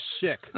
sick